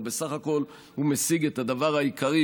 אבל בסך הכול הוא משיג את הדבר העיקרי,